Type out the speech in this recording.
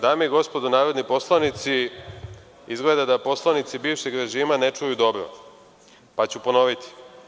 Dame i gospodo narodni poslanici, izgleda da poslanici bivšeg režima ne čuju dobro pa ću ponoviti.